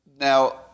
Now